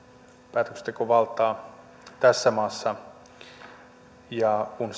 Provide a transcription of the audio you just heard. päätöksentekovaltaa tässä maassa ja kun